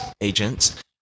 agents